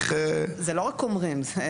זה רק לא אומרים.